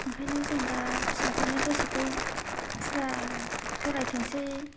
ओंखायनो जों दा फिसाफोरनि गोसोखौ फुरा फरायथोंसै